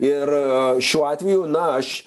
ir šiuo atveju na aš